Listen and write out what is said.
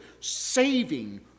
saving